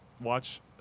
watch